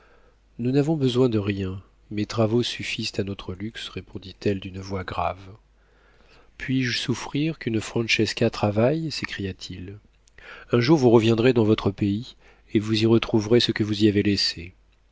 nous n'avons besoin de rien mes travaux suffisent à notre luxe répondit-elle d'une voix grave puis-je souffrir qu'une francesca travaille s'écria-t-il un jour vous reviendrez dans votre pays et vous y retrouverez ce que vous y avez laissé